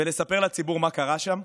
ולספר לציבור מה קרה שם,